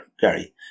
Gary